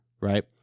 Right